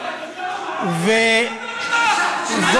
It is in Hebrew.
אני לא מאמין שבמדינת ישראל נותנים במה,